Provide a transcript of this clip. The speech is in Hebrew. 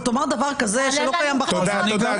אתה תאמר דבר כזה שלא קיים בחוק ו --- תודה,